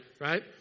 right